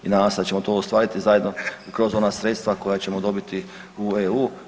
I nadam se da ćemo to ostvari zajedno kroz ona sredstva koja ćemo dobiti u EU.